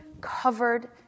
covered